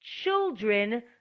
children